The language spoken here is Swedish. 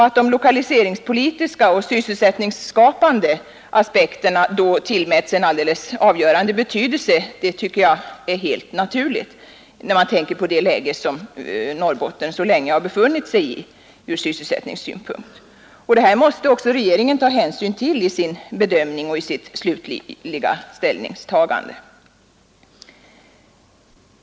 Att de lokaliseringspolitiska och sysselsättningsskapande aspekterna då tillmäts en alldeles avgörande betydelse är helt naturligt, när man tänker på det sysselsättningsläge som Norrbotten så länge har befunnit sig i. Det måste också regeringen ta hänsyn till i sin bedömning och i sitt slutliga ställningstagande.